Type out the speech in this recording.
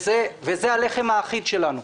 זה הלחם האחיד שלנו.